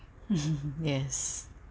yes